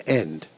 end